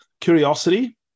curiosity